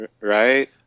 right